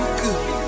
good